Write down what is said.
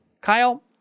Kyle